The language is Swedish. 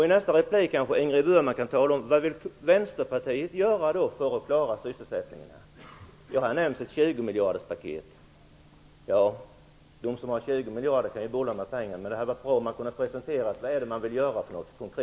I nästa replik kan Ingrid Burman kanske tala om vad Vänsterpartiet vill göra för att klara sysselsättningen. Det har talats om ett 20-miljarderspaket. De som har 20 miljarder kan ju bolla med pengarna, men det hade varit bra om man konkret hade kunnat presentera vad det är som man vill göra.